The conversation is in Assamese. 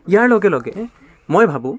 ইয়াৰ লগে লগে মই ভাবোঁ